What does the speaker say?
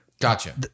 Gotcha